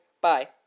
Bye